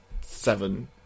seven